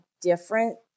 different